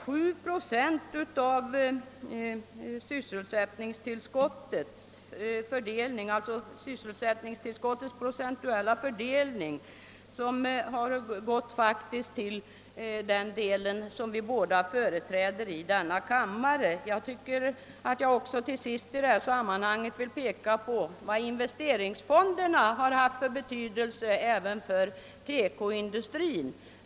Sju procent av det sysselsättningstillskott som det totala lokaliseringsstödet ger har sålunda gått till den landsända som vi båda företräder i denna kammare. Slutligen vill jag peka på vilken betydelse investeringsfonderna har haft även för TEKO-industrin.